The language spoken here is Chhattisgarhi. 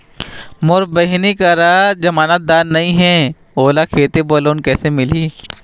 मोर बहिनी करा जमानतदार नई हे, ओला खेती बर लोन कइसे मिलही?